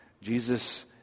Jesus